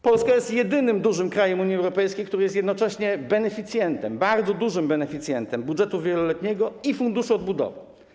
Polska jest jedynym dużym krajem Unii Europejskiej, który jednocześnie jest bardzo dużym beneficjentem budżetu wieloletniego i Funduszu Odbudowy.